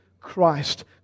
Christ